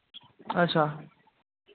अच्छा